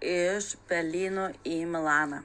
iš berlyno į milaną